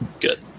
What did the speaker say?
Good